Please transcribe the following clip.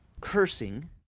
cursing